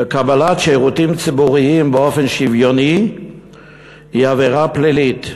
בקבלת שירותים ציבוריים באופן שוויוני היא עבירה פלילית.